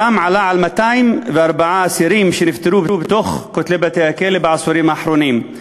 204 אסירים נפטרו בין כותלי בתי-הכלא בעשורים האחרונים,